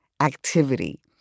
activity